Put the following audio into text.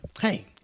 hey